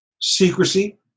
Secrecy